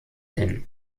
hin